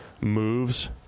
moves